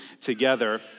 together